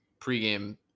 pregame